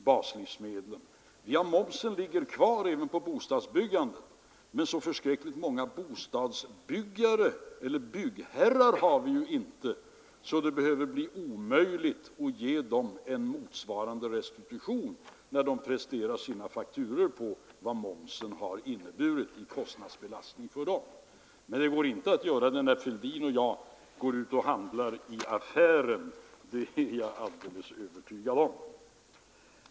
Vi har momsen kvar på bostadsbyggandet, men vi har inte så förskräckligt många byggherrar att det behöver bli omöjligt att ge dem en motsvarande restitution när de presenterar sina fakturor på vad momsen har inneburit i kostnadsbelastning för dem. Men det går inte att ge en restitution när herr Fälldin och jag går ut och handlar i affärer. Det är jag helt övertygad om.